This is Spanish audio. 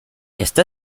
está